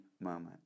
moment